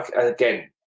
Again